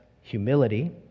humility